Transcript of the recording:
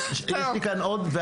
יש לי כאן עוד אנשים,